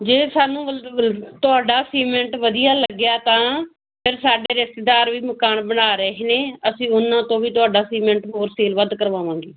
ਜੇ ਸਾਨੂੰ ਮਤਲਵ ਤੁਹਾਡਾ ਸੀਮੈਂਟ ਵਧੀਆ ਲੱਗਿਆ ਤਾਂ ਫਿਰ ਸਾਡੇ ਰਿਸ਼ਤੇਦਾਰ ਵੀ ਮਕਾਨ ਬਣਾ ਰਹੇ ਨੇ ਅਸੀਂ ਉਹਨਾਂ ਤੋਂ ਵੀ ਤੁਹਾਡਾ ਸੀਮੈਂਟ ਹੋਰ ਸੇਲ ਵੱਧ ਕਰਵਾਵਾਂਗੇ